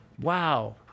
Wow